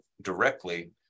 directly